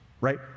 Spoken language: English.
right